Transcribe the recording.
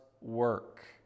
work